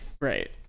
right